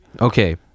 okay